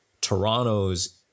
Toronto's